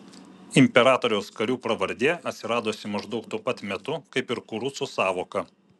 imperatoriaus karių pravardė atsiradusi maždaug tuo pat metu kaip ir kurucų sąvoka